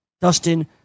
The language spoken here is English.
Dustin